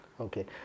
okay